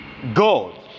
God